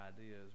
ideas